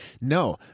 No